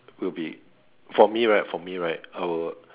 will be for me right for me right I will